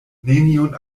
nenion